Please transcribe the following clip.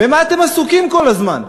במה אתם עסוקים כל הזמן?